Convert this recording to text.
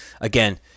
again